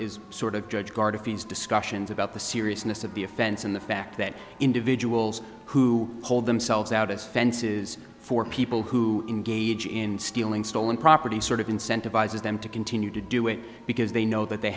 is sort of judge garda fees discussions about the seriousness of the offense and the fact that individuals who hold themselves out as fences for people who engage in stealing stolen property sort of incentivize them to continue to do it because they know that they